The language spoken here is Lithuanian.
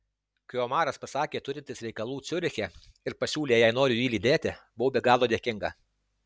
kai omaras pasakė turintis reikalų ciuriche ir pasiūlė jei noriu jį lydėti buvau be galo dėkinga